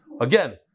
Again